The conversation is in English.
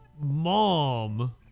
mom